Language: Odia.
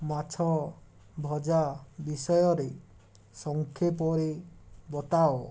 ମାଛ ଭଜା ବିଷୟରେ ସଂକ୍ଷେପରେ ବତାଅ